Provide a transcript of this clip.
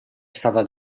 stata